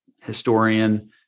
historian